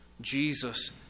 Jesus